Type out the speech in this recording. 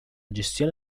gestione